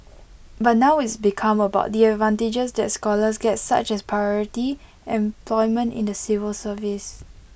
but now it's become about the advantages that scholars get such as priority employment in the civil service